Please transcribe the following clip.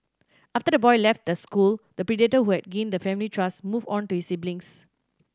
after the boy left the school the predator who had gained the family trust moved on to his siblings